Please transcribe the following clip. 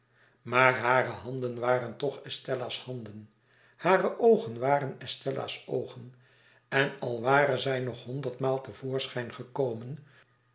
maar hare handen waren toch estella's handen hare oogen waren estella's oogen en al ware zij nog honderdmaal te voorschijn gekomen